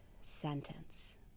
sentence